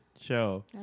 show